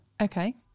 Okay